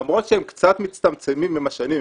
למרות שהם קצת מצטמצמים עם השנים.